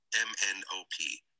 M-N-O-P